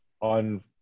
on